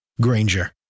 Granger